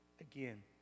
again